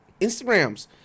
Instagrams